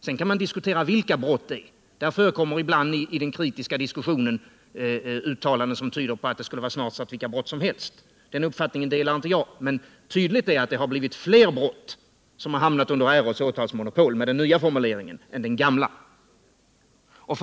Sedan kan man diskutera vilka brott det rör sig om. I den kritiska diskussionen förekommer ibland uttalanden som tyder på att det skulle handla om snart sagt vilka brott som helst. Den uppfattningen delar inte jag, men tydligt är att fler brott har hamnat under RÅ:s åtalsmonopol med den nya formuleringen än vad som var fallet med den gamla.